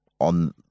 on